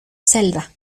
celda